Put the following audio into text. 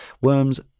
worms